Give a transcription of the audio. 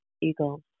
eagles